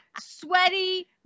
Sweaty